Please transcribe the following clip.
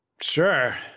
sure